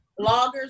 bloggers